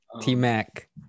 T-Mac